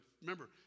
Remember